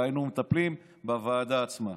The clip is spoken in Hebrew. אלא היינו מטפלים בוועדה עצמה.